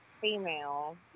female